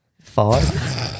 Five